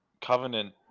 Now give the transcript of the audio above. Covenant